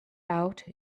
out